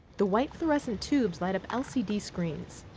the white fluorescent tubes light up lcd screens.